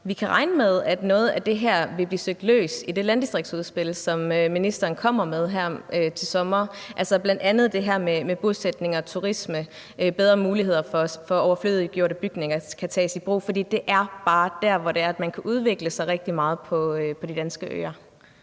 vi kan regne med, at noget af det her vil blive søgt løst i det landdistriktsudspil, som ministeren kommer med her til sommer. Det gælder bl.a. det her med bosætning og turisme og bedre muligheder for, at overflødiggjorte bygninger kan tages i brug. For det er bare der, man kan udvikle sig rigtig meget på de danske øer.